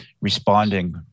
responding